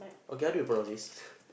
okay how do you pronounce this